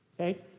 Okay